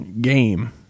game